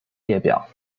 列表